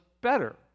better